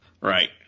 Right